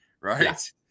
right